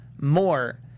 more